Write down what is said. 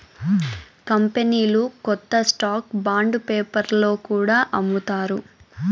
కంపెనీలు కొత్త stock bond పేపర్లో కూడా అమ్ముతారు